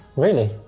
really?